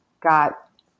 got